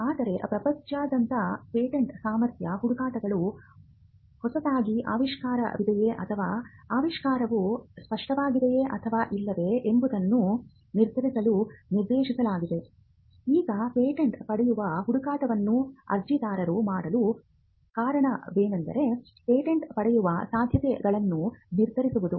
ಆದರೆ ಪ್ರಪಂಚದಾದ್ಯಂತ ಪೇಟೆಂಟ್ ಸಾಮರ್ಥ್ಯ ಹುಡುಕಾಟಗಳು ಹೊಸತಾಗಿ ಅವಿಷ್ಕಾರವಿದೆಯೇ ಅಥವಾ ಆವಿಷ್ಕಾರವು ಸ್ಪಷ್ಟವಾಗಿದೆಯೇ ಅಥವಾ ಇಲ್ಲವೇ ಎಂಬುದನ್ನು ನಿರ್ಧರಿಸಲು ನಿರ್ದೇಶಿಸಲಾಗಿದೆ ಈಗ ಪೇಟೆಂಟ್ ಪಡೆಯುವ ಹುಡುಕಾಟವನ್ನು ಅರ್ಜಿದಾರರು ಮಾಡಲು ಕಾರಣವೆಂದರೆ ಪೇಟೆಂಟ್ ಪಡೆಯುವ ಸಾಧ್ಯತೆಗಳನ್ನು ನಿರ್ಧರಿಸುವುದು